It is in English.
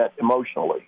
emotionally